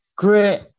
Great